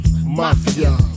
Mafia